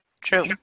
True